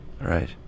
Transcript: Right